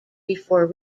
before